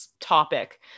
topic